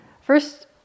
first